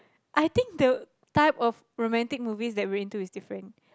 I think the type of romantic movies that we're into is different